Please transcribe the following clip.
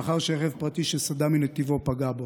לאחר שרכב פרטי שסטה מנתיבו פגע בו,